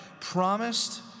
promised